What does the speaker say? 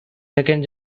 second